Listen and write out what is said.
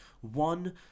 One